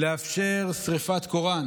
לאפשר שרפת קוראן